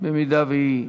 אם תהיה.